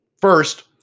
First